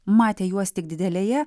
matė juos tik didelėje